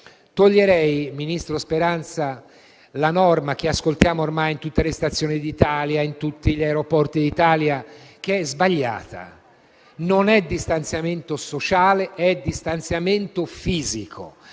toglierei, ministro Speranza, la disposizione che ascoltiamo ormai in tutte le stazioni d'Italia, in tutti gli aeroporti d'Italia, che è sbagliata: non è distanziamento sociale, è distanziamento fisico.